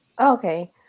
okay